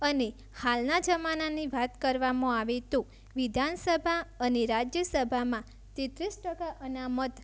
અને હાલના જમાનાની વાત કરવામાં આવે તો વિધાનસભા અને રાજ્યસભામાં તેત્રીસ ટકા અનામત